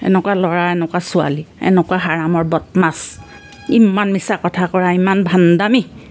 এনেকুৱা ল'ৰা এনেকুৱা ছোৱালী এনেকুৱা হাৰামৰ বদমাছ ইমান মিছা কথা কৰা ইমান ভাণ্ডামি